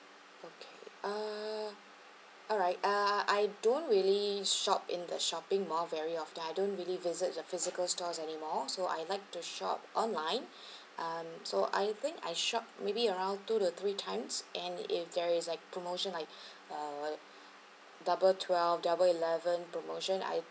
okay uh alright uh I don't really shop in the shopping mall very often I don't really visit the physical stores anymore so I like to shop online um so I think I shop maybe around two to three times and if there is like promotion like uh double twelve double eleven promotion I